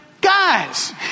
guys